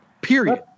Period